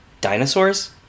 dinosaurs